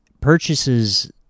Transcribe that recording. Purchases